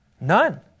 None